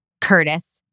Curtis